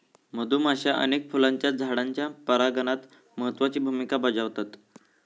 मधुमाश्या अनेक फुलांच्या झाडांच्या परागणात महत्त्वाची भुमिका बजावतत